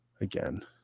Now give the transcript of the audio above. again